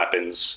weapons